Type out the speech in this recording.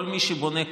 כל מי שבונה,